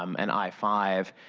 um and i five.